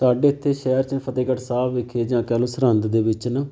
ਸਾਡੇ ਇੱਥੇ ਸ਼ਹਿਰ 'ਚ ਫਤਿਹਗੜ੍ਹ ਸਾਹਿਬ ਵਿਖੇ ਜਾਂ ਕਹਿ ਲਉ ਸਰਹਿੰਦ ਦੇ ਵਿੱਚ ਨਾ